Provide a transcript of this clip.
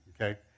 Okay